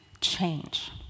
change